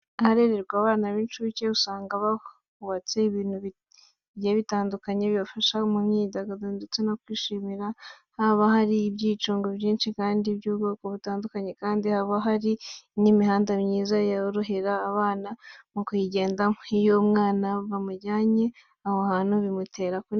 Aharererwa abana b'incuke, usanga barahubatse ibintu bigiye bitandukanye, bibafasha mu myidagaduro ndetse no kwishima. Haba hari ibyicungo byinshi kandi by'ubwoko butandukanye, kandi haba hari n'imihanda myiza yorohera abana mu kuyigendamo. Iyo umwana bamujyane aho hantu bimutera kunezerwa.